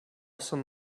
some